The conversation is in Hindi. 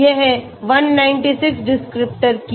यह 196 डिस्क्रिप्टर की